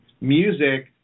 music